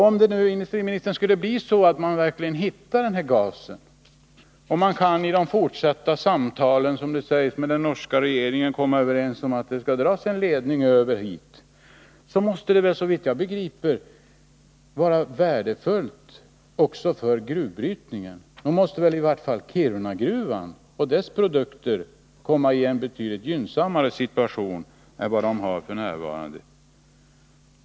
Om man nu, herr industriminister, verkligen skulle hitta den här gasen och om man i de fortsatta samtalen med den norska regeringen kan komma överens om att det skall dras en ledning över hit, måste det väl, såvitt jag begriper, vara värdefullt också för gruvbrytningen. Nog måste väl i varje fall Kirunagruvan och dess produkter komma i betydligt gynnsammare situation än f.n.?